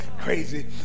crazy